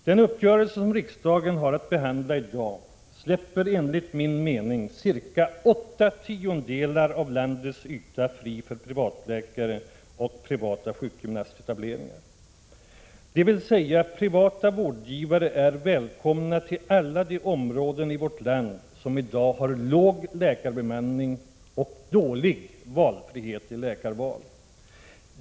Den uppgörelse som riksdagen har att behandla i dag släpper enligt min mening cirka åtta tiondelar av landets yta fri för privatläkare och privata sjukgymnastetableringar; dvs. privata vårdgivare är välkomna till alla de områden i vårt land som i dag har låg läkarbemanning och dålig valfrihet i fråga om läkare.